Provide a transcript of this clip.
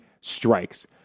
strikes